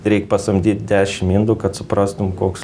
reik pasamdyt dešim indų kad suprastum koks